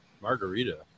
margarita